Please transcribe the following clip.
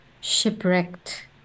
shipwrecked